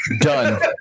Done